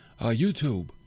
YouTube